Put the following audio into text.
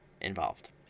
involved